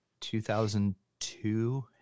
2002